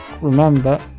Remember